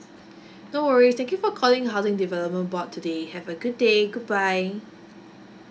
no worries thank you for calling housing development board today have a good day goodbye